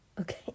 Okay